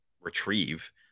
retrieve –